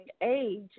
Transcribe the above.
age